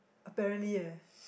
apparently eh